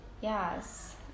Yes